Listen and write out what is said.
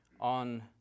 on